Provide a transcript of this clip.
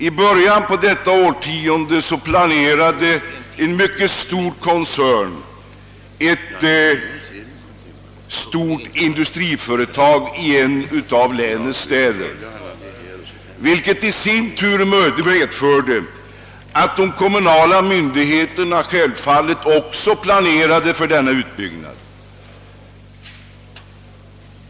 I början av detta årtionde planerade en mycket stor koncern ett betydande industriföretag i en av länets städer, vilket i sin tur medförde att de kommunala myndigheterna vidtog en hel del åtgärder.